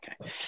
Okay